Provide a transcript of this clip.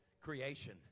creation